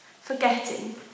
forgetting